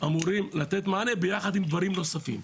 אמורים לתת מענה ביחד עם דברים נוספים.